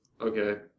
Okay